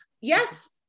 Yes